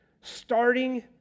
starting